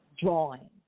drawing